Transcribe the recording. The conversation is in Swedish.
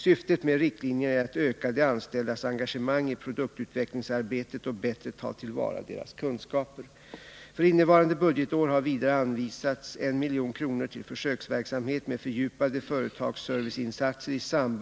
Syftet med riktlinjerna är att öka de anställdas engagemang i produktutvecklingsarbetet och bättre ta till vara deras kunskaper.